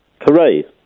Hooray